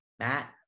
Matt